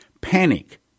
Panic